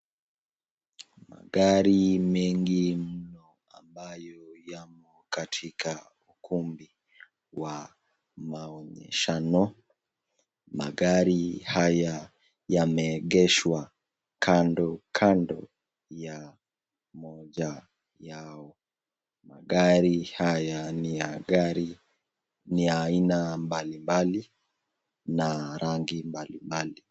Gari mengi ambayo Yako katika kumbi wa maonyeshano, magari haya yameegeshwa kando kando ya moja yao. Gari haya ni ya aina mbali mbali na rangi mbali mbali.